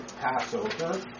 Passover